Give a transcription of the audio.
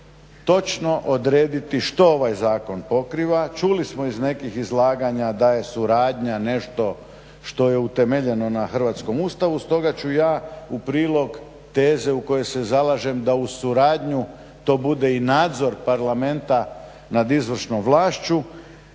točno odrediti što ovaj zakon pokriva. Čuli smo iz nekih izlaganja da je suradnja nešto što je utemeljeno na hrvatskom Ustavu. Stoga ću ja u prilog teze u koju se zalažem da uz suradnju to bude i nadzor Parlamenta nad izvršnom vlašću